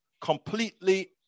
completely